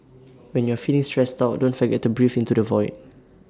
when you are feeling stressed out don't forget to breathe into the void